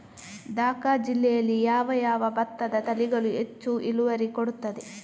ದ.ಕ ಜಿಲ್ಲೆಯಲ್ಲಿ ಯಾವ ಯಾವ ಭತ್ತದ ತಳಿಗಳು ಹೆಚ್ಚು ಇಳುವರಿ ಕೊಡುತ್ತದೆ?